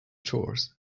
tours